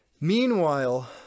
Meanwhile